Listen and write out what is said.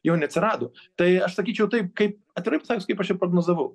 jo neatsirado tai aš sakyčiau taip kaip atvirai pasakius kaip aš ir prognozavau